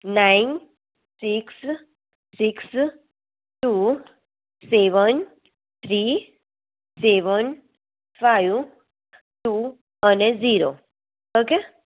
nine six six two seven three seven five two અને zero okay